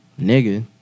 nigga